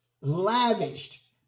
Lavished